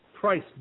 price